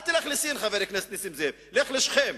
אל תלך לסין, חבר הכנסת נסים זאב, לך לשכם,